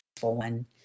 one